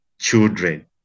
children